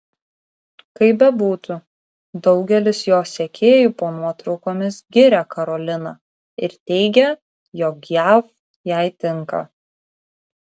kaip bebūtų daugelis jos sekėjų po nuotraukomis giria karoliną ir teigia jog jav jai tinka